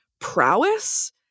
prowess